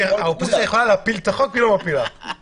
האופוזיציה יכולה להפיל את החוק והיא לא מפילה...